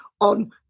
on